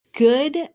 Good